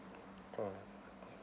oh